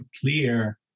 clear